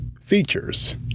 features